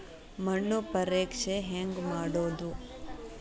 ಮಣ್ಣು ಪರೇಕ್ಷೆ ಹೆಂಗ್ ಮಾಡೋದು?